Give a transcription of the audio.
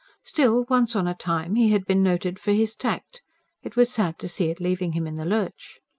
still, once on a time he had been noted for his tact it was sad to see it leaving him in the lurch.